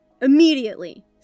Immediately